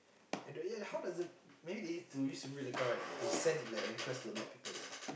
I don't ya how does it maybe they need to use real account right they send like request to a lot of people they all